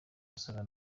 wasaga